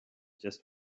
just